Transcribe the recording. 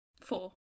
Four